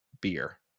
Beer